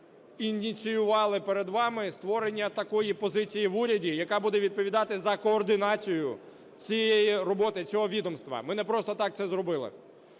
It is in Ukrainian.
ініціювали перед вами створення такої позиції в уряді, яка буде відповідати за координацію цієї роботи цього відомства. Ми не просто так це зробили.